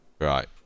Right